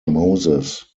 moses